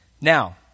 Now